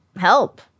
help